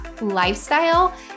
lifestyle